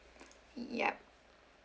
ya